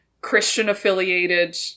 Christian-affiliated